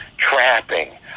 trapping